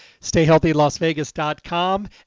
stayhealthylasvegas.com